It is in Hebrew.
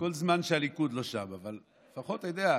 כל זמן שהליכוד לא שם, אבל לפחות, אתה יודע,